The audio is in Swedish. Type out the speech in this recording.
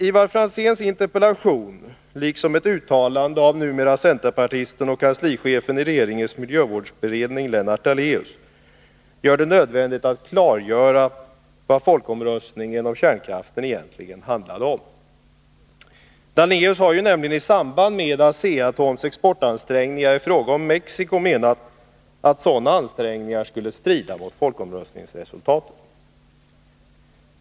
Ivar Franzéns interpellation liksom ett uttalande av numera centerpartisten och kanslichefen i regeringens miljövårdsberedning Lennart Daléus gör det nödvändigt att klargöra vad folkomröstningen om kärnkraften egentligen handlade om. Lennart Daléus har nämligen i samband med Asea-Atoms exportansträngningar i fråga om Mexico menat att sådana ansträngningar skulle strida mot folkomröstningsresultatet.